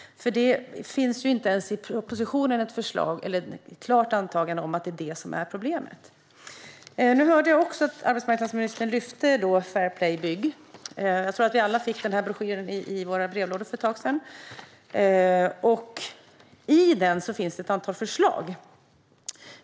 Det finns ju inte ens i propositionen ett förslag eller ett klart antagande om att det är det som är problemet. Nu hörde jag att även arbetsmarknadsministern tog upp Fair Play Bygg. Jag tror att vi alla fick deras broschyr i våra brevlådor för ett tag sedan. I den finns det ett antal förslag.